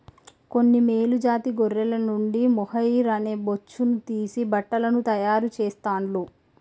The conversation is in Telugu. కొన్ని మేలు జాతి గొర్రెల నుండి మొహైయిర్ అనే బొచ్చును తీసి బట్టలను తాయారు చెస్తాండ్లు